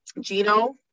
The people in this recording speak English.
Gino